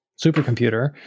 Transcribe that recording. supercomputer